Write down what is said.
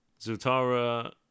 Zutara